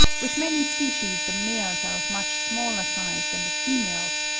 with many species the males are of much smaller size than the females,